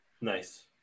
Nice